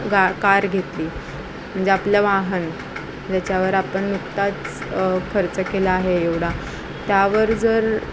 गा कार घेतली म्हणजे आपलं वाहन ज्याच्यावर आपण नुकताच खर्च केला आहे एवढा त्यावर जर